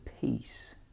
peace